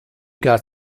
got